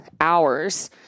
hours